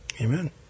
Amen